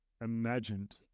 imagined